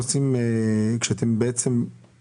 אנחנו מבקשים לדעת איך עושים את זה ומתי עושים את זה.